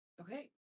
Okay